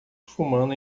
fumando